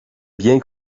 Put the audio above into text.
bien